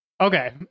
okay